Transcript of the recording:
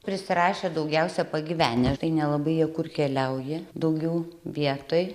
prisirašę daugiausia pagyvenę tai nelabai jie kur keliauja daugiau vietoj